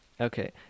Okay